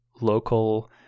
local